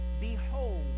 Behold